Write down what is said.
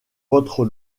votre